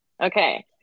Okay